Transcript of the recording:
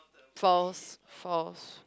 false false